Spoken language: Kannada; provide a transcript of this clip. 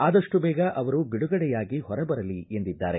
ಆದಷ್ಟು ದೇಗ ಅವರು ಬಿಡುಗಡೆಯಾಗಿ ಹೊರಬರಲಿ ಎಂದಿದ್ದಾರೆ